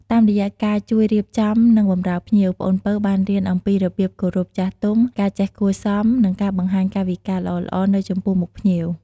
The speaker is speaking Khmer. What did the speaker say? តាមរយៈការជួយរៀបចំ និងបម្រើភ្ញៀវ ប្អូនពៅបានរៀនអំពីរបៀបគោរពចាស់ទុំ ការចេះគួរសម និងការបង្ហាញកាយវិការល្អៗនៅចំពោះមុខភ្ញៀវ។